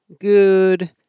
good